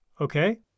okay